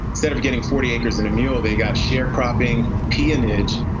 instead of getting forty acres and a mule, they got sharecropping, peonage,